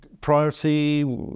priority